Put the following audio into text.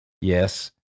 Yes